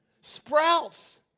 Sprouts